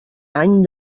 any